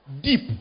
deep